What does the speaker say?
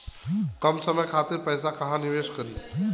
कम समय खातिर के पैसा कहवा निवेश करि?